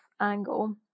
angle